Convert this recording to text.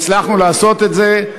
הצלחנו לעשות את זה,